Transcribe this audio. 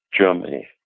Germany